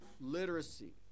literacy